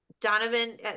Donovan